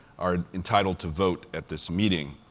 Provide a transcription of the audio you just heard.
are entitled to vote at this meeting.